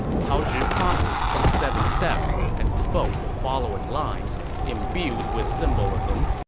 cao zhi promptly took seven steps and spoke the following lines, imbued with symbolism